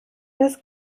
das